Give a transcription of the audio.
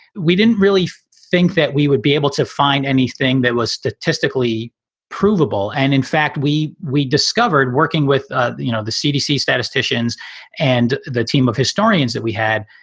we didn't really think that we would be able to find anything that was statistically provable. and in fact, we we discovered working with ah you know the cdc statisticians and the team of historians that we had,